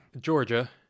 Georgia